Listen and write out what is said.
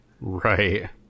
Right